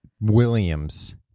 Williams